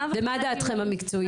ומה דעתכם המקצועית הייתה?